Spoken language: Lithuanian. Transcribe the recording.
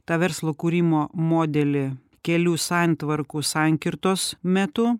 tą verslo kūrimo modelį kelių santvarkų sankirtos metu